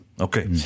Okay